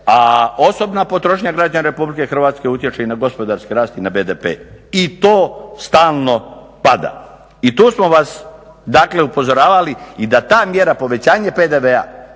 a osobna potrošnja građana RH utječe i na gospodarski rast i na BDP i to stalno pada. I tu smo vas upozoravali i da ta mjera povećanja PDV-a